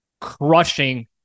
crushing